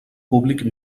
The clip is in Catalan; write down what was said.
públic